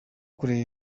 kureba